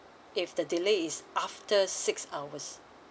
if the delay is after six hours